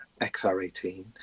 XR18